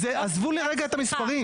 עזבו לי רגע את המספרים.